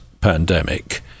pandemic